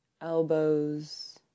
elbows